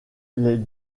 les